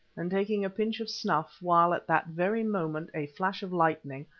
and taking a pinch of snuff, while at that very moment a flash of lightning,